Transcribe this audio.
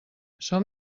som